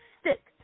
stick